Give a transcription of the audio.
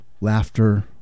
laughter